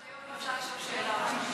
אם אפשר לשאול שאלה.